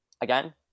again